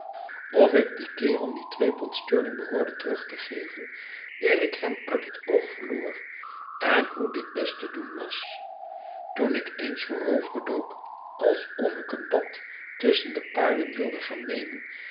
of ik dien kerel niet twee pond sterling behoorde terug te geven eer ik hem uit het oog verloor en hoe dit best te doen was toen ik eens vooroverdook alsof ik een bad tusschen de paarden wilde gaan nemen